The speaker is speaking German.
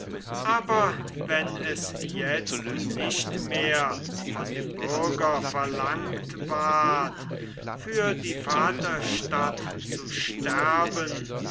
aber wenn es jetzt nicht mehr von dem bürger verlangt ward für die vaterstadt zu sterben